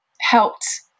helped